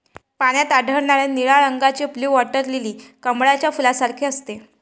पाण्यात आढळणारे निळ्या रंगाचे ब्लू वॉटर लिली हे कमळाच्या फुलासारखे असते